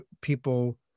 people